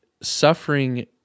suffering